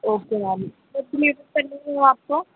ओ के मैम आपको